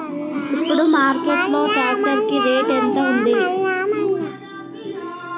ఇప్పుడు మార్కెట్ లో ట్రాక్టర్ కి రేటు ఎంత ఉంది?